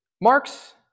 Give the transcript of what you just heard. Marx